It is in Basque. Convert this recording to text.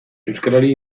euskarari